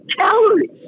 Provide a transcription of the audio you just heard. calories